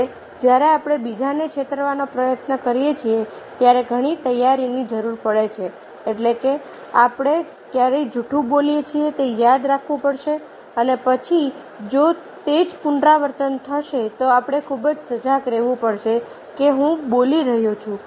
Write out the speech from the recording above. હવે જ્યારે આપણે બીજાને છેતરવાનો પ્રયત્ન કરીએ છીએ ત્યારે ઘણી તૈયારીની જરૂર પડે છે એટલે કે આપણે ક્યારે જૂઠું બોલીએ છીએ તે યાદ રાખવું પડશે અને પછી જો તે જ પુનરાવર્તન થશે તો આપણે ખૂબ જ સજાગ રહેવું પડશે કે હું બોલી રહ્યો છું